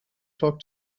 talk